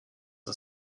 are